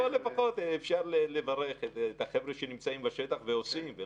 כי פה לפחות אפשר לברך את החבר'ה שנמצאים בשטח ועושים את זה.